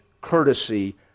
courtesy